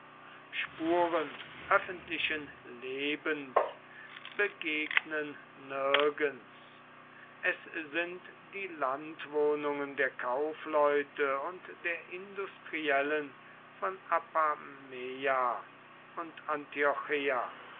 spuren öffentlichen lebens begegnen nirgends es sind die landwohnungen der kaufleute und der industriellen von apameia und antiocheia